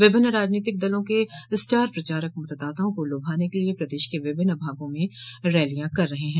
विभिन्न राजनीतिक दलों के स्टार प्रचारक मतदाताओं को लुभाने के लिये प्रदेश के विभिन्न भागों में रैलियां कर रहे हैं